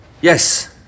Yes